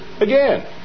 again